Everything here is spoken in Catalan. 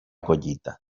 collita